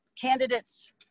candidates